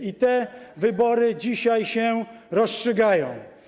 I te wybory dzisiaj się rozstrzygają.